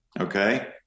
Okay